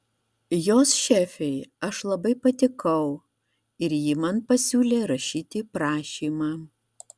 jos šefei aš labai patikau ir ji man pasiūlė rašyti prašymą